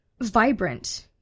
vibrant